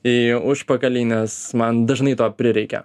į užpakalį nes man dažnai to prireikia